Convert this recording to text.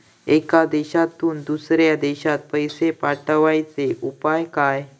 एका देशातून दुसऱ्या देशात पैसे पाठवचे उपाय काय?